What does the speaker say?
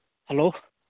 hello